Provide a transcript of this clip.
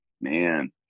Man